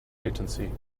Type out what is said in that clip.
latency